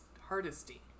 Hardesty